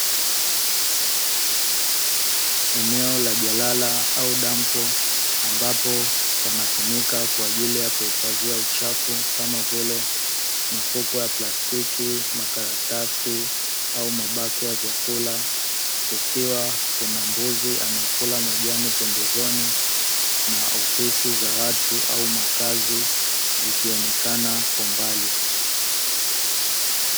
Eneo la jalala au dampo ambapo panatumika kwa ajili ya kuhifadhia uchafu kama vile mifuko ya plastiki, makaratasi, au mabaki ya vyakula, kukiwa kuna mbuzi anayekula majani pembezoni na ofisi za watu au makazi zikionekana kwa mbali.